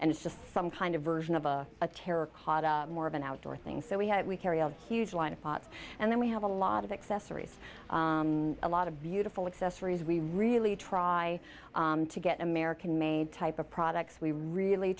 and it's just some kind of version of a a chair or caught up more of an outdoor thing so we had we carry a huge line of pots and then we have a lot of accessories a lot of beautiful accessories we really try to get american made type of products we really